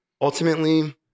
ultimately